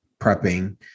prepping